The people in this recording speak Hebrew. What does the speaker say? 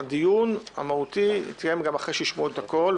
הדיון המהותי יתקיים גם אחרי שישמעו את הכול,